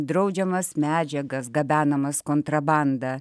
draudžiamas medžiagas gabenamas kontrabanda